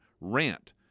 rant